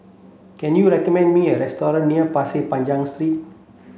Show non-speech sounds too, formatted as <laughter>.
can you recommend me a restaurant near Pasir <unintelligible> Street